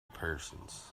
persons